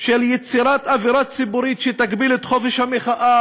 של יצירת אווירה ציבורית שתגביל את חופש המחאה